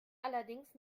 allerdings